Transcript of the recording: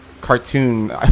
cartoon